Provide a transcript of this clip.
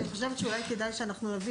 אני חושבת שאולי כדאי שאנחנו נביא